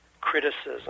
criticism